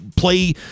Play